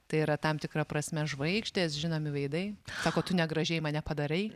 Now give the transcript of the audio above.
tai yra tam tikra prasme žvaigždės žinomi veidai sako tu negražiai mane padarei